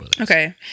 Okay